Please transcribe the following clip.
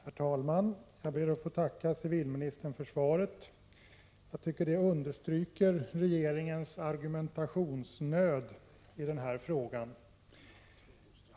Herr talman! Jag ber att få tacka civilministern för svaret, men jag tycker det understryker regeringens argumentationsnöd i den här frågan.